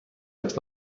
läks